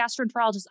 gastroenterologist